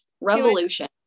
revolution